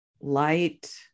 light